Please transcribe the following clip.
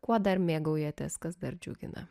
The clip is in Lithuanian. kuo dar mėgaujatės kas dar džiugina